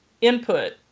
input